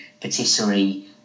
patisserie